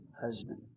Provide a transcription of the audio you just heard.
husband